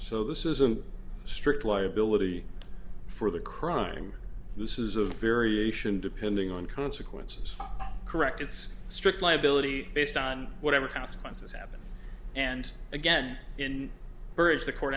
so this is a strict liability for the crime this is a variation depending on consequences correct it's a strict liability based on whatever consequences happen and again in birds the court